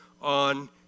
on